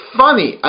funny